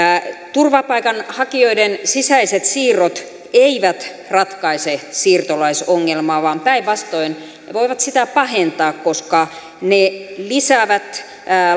turvapaikanhakijoiden sisäiset siirrot eivät ratkaise siirtolaisongelmaa vaan päinvastoin voivat sitä pahentaa koska ne lisäävät